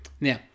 Now